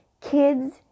Kids